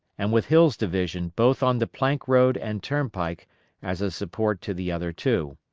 and with hill's division both on the plank road and turnpike as a support to the other two.